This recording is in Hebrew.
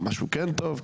או משהו כן טוב,